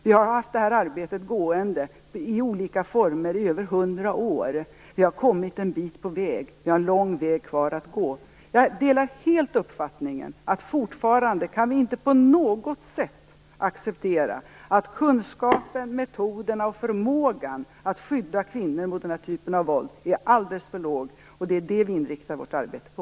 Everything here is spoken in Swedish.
Vi har haft det här arbetet på gång i olika former i över hundra år. Vi har kommit en bit på väg. Vi har en lång väg kvar att gå. Jag delar helt uppfattningen att vi fortfarande inte på något sätt kan acceptera att kunskapen, metoden och förmågan när det gäller att skydda kvinnor mot den här typen av våld är alldeles för dåliga. Det är detta som vi inriktar vårt arbete på.